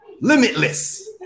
limitless